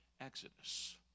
exodus